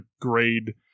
grade